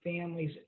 families